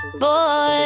boys